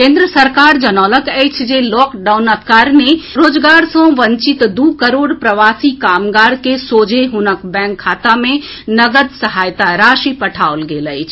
केन्द्र सरकार जनौलक अछि जे लॉकडाउनक कारणे रोजगार सॅ वंचित दू करोड़ प्रवासी कामगार के सोझे हुनक बैंक खाता मे नगद सहायता राशि पठाओल गेल अछि